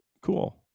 cool